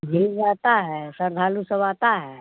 भीड़ रहती है श्रद्धालु सब आते है